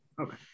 Okay